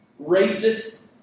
racist